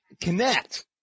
connect